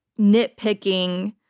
nitpicking,